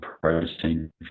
protein